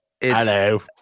Hello